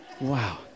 Wow